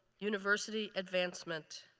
university advancement.